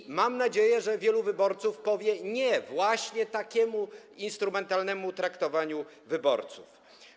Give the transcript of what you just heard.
I mam nadzieję, że wielu wyborców powie „nie” właśnie takiemu instrumentalnemu traktowaniu wyborców.